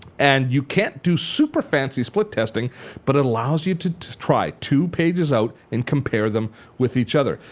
and you can't do super fancy split testing but it allows you to try two pages out and compare them with each other.